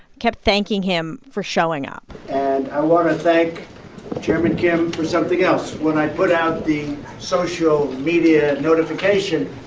kept thanking him for showing up and i want to thank chairman kim for something else. when i put out the social media notification,